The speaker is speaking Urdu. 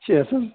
چھ سو